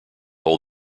hold